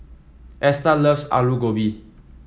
Esta loves Aloo Gobi